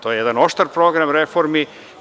To je jedan oštar program reformi.